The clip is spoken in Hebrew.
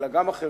אלא גם אחרים,